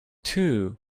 two